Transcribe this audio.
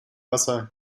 wasser